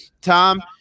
Tom